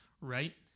Right